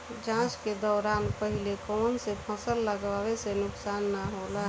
जाँच के दौरान पहिले कौन से फसल लगावे से नुकसान न होला?